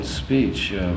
speech